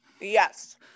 Yes